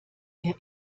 der